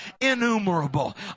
innumerable